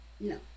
No